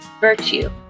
virtue